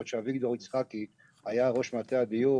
בעוד שאביגדור יצחקי היה ראש מטה הדיור,